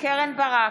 קרן ברק,